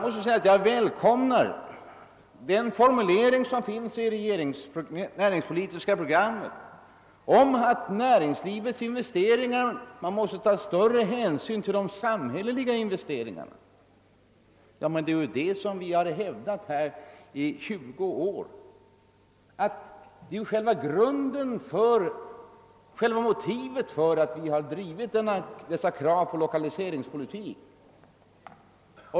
Jag välkomnar den formulering som kommit till uttryck i regeringens näringspolitiska program om att man vid näringslivets investeringar måste ta större hänsyn till de samhälleliga investeringarna. Det är vad vi har velat sedan tjugo år. Det är ju själva motivet till att vi drivit kravet på lokaliseringspolitik.